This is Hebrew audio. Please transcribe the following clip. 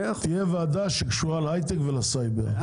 תהיה ועדה שקשורה להייטק ולסייבר, ועדה אחת.